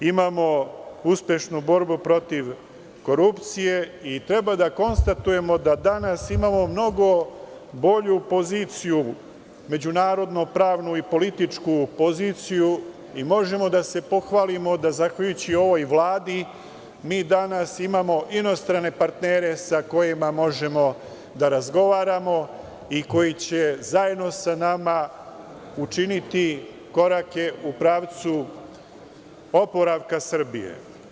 Imamo uspešnu borbu protiv korupcije i treba da konstatujemo da danas imamo mnogo bolju poziciju, međunarodnu pravnu i političku poziciju, i možemo da se pohvalimo da zahvaljujući ovoj vladi mi danas imamo inostrane partnere sa kojima možemo da razgovaramo i koji će zajedno sa nama učiniti korake u pravcu oporavka Srbije.